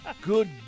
good